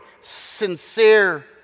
sincere